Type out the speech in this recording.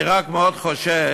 אני רק מאוד חושש